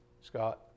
Scott